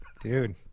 Dude